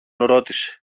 ρώτησε